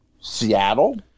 seattle